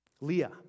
Leah